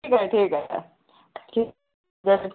ठीकु आहे ठीकु आहे ओके ज